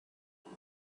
look